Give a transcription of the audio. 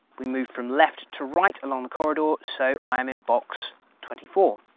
we move from left to right along the corridor so i am in box twenty four.